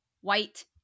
white